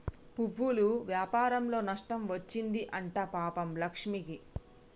పువ్వుల వ్యాపారంలో నష్టం వచ్చింది అంట పాపం లక్ష్మికి